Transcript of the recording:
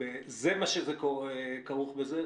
זה מה שכרוך בזה?